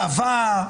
צבא,